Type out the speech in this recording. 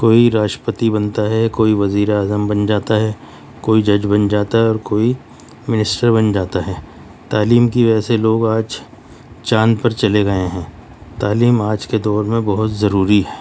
کوئی راشٹپتی بنتا ہے کوئی وزیر اعظم بن جاتا ہے کوئی جج بن جاتا ہے اور کوئی منسٹر بن جاتا ہے تعلیم کی وجہ سے لوگ آج چاند پر چلے گئے ہیں تعلیم آج کے دور میں بہت ضروری ہے